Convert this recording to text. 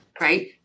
Right